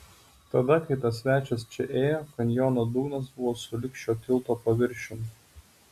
tada kai tas svečias čia ėjo kanjono dugnas buvo sulig šio tilto paviršium